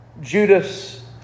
Judas